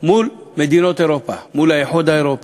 מול מדינות אירופה, מול האיחוד האירופי.